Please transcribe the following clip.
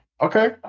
okay